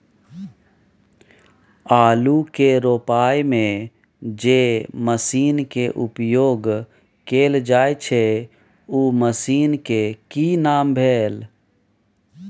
आलू के रोपय में जे मसीन के उपयोग कैल जाय छै उ मसीन के की नाम भेल?